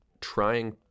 trying